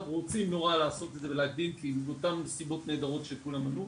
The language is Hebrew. מבקשים לקדם את הנושא של הקמת